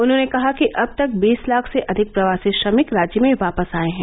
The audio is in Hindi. उन्होंने कहा कि अब तक बीस लाख से अधिक प्रवासी श्रमिक राज्य में वापस आए हैं